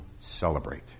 celebrate